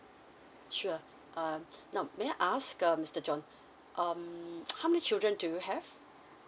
sure uh now may I ask um mister john um how many children do you have